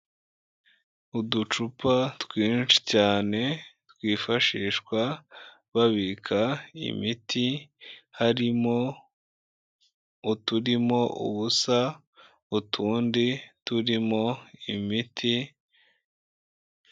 Uducupa twinshi cyane twifashishwa babika imiti, harimo uturimo ubusa, utundi turimo imiti.